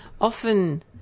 often